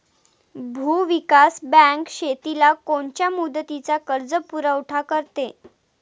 भूविकास बँक शेतीला कोनच्या मुदतीचा कर्जपुरवठा करते?